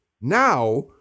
Now